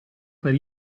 per